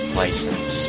license